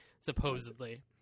supposedly